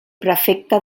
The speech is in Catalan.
prefecte